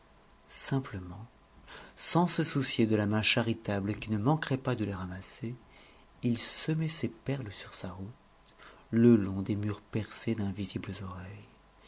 simplement sans se soucier de la main charitable qui ne manquerait pas de les ramasser il semait ces perles sur sa route le long des murs percés d'invisibles oreilles